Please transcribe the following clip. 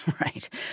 Right